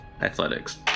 athletics